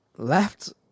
left